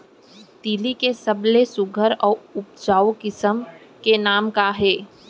तिलि के सबले सुघ्घर अऊ उपजाऊ किसिम के नाम का हे?